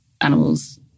animals